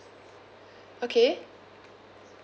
okay